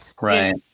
Right